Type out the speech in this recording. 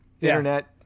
Internet